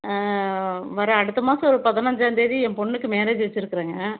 வர்ற அடுத்த மாதம் ஒரு பதினைஞ்சாம் தேதி என் பொண்ணுக்கு மேரேஜ் வெச்சுருக்குறேங்க